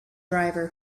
driver